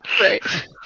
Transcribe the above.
Right